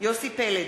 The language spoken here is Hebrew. יוסי פלד,